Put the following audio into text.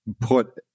put